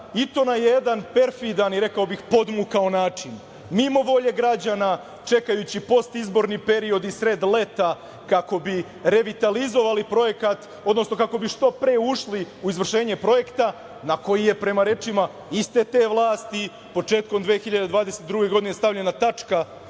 i to na jedan perfidan i rekao bih podmukao način, mimo volje građana, čekajući postizborni period usred leta, kako bi revitalizovali projekat, odnosno kako bi što pre ušli u izvršenje projekta na koji je, prema rečima iste te vlasti, početkom 2022. godine stavljena tačka